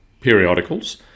periodicals